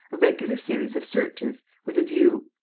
a regular series of searches with a view.